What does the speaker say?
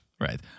right